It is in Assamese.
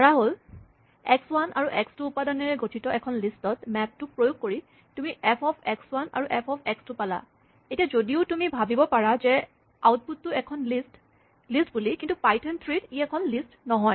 ধৰা হ'ল এক্স ৱান আৰু এক্স টু উপাদানেৰে গঠিত এখন লিষ্ট ত মেপ টো প্ৰয়োগ কৰি তুমি এফ অফ এক্স ৱান আৰু এফ অফ এক্স টু পালা এতিয়া যদিও তুমি ভাৱিব পাৰা যে আউটপুট টো এখন লিষ্ট বুলি কিন্তু পাইথন থ্ৰী ত ই এখন লিষ্ট নহয়